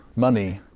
money,